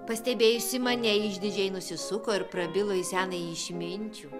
pastebėjusi mane išdidžiai nusisuko ir prabilo į senąjį išminčių